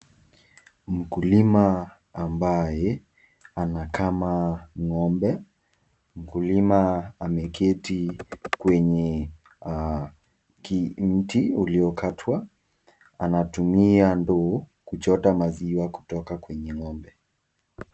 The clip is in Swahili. Mkulima ambaye ana kama ng'ombe, mkulima maeketi kwenye mti ulio katwa. Ana tumia ndoo kuchota maziwa kutoka ng'ombe.